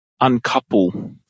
uncouple